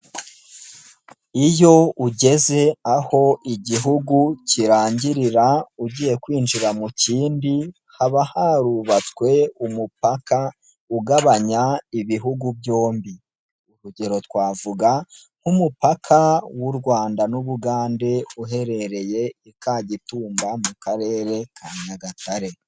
Iyo ugeze aho igihugu kirangirira ugiye kwinjira mu kindi, haba harubatswe umupaka ugabanya Ibihugu byombi, urugero twavuga nk'umupaka w'u Rwanda n'Ubugande uherereye i Kagitumba mu karere ka Nyagatare.